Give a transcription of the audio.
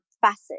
facet